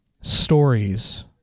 stories